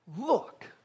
look